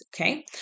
Okay